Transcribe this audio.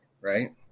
right